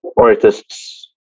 artists